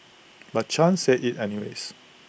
but chan said IT anyways